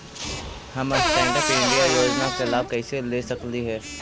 हम stand up India योजना के लाभ कइसे ले सकलिअई हे